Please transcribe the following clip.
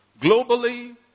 Globally